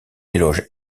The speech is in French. éloge